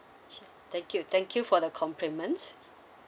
thank you thank you for the compliment